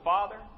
Father